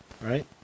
Right